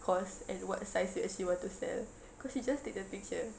cost and what size she want to sell cause she just take the picture